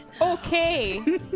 Okay